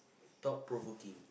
thought-provoking